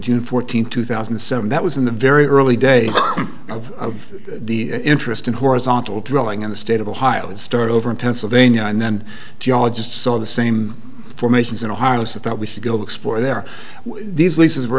june fourteenth two thousand and seven that was in the very early days of the interest in horizontal drilling in the state of ohio and start over in pennsylvania and then geologists saw the same formations in ohio says that we should go explore there these leases were